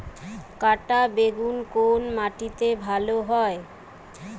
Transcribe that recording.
কাঁটা বেগুন কোন মাটিতে ভালো হয়?